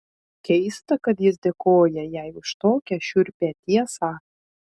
keista kad jis dėkoja jai už tokią šiurpią tiesą